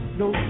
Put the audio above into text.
no